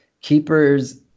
keepers